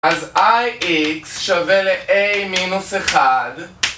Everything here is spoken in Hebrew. אז איי איקס שווה לאיי מינוס אחד